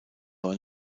aber